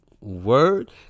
word